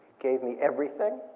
gave me everything,